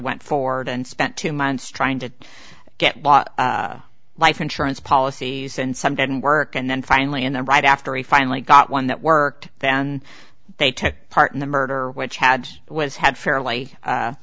went forward and spent two months trying to get bought life insurance policies and some didn't work and then finally in the right after he finally got one that worked then they took part in the murder which had was had fairly a